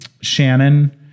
shannon